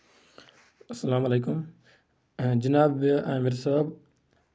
اَسلام علیٚکُم جِناب یہِ عامِر صٲب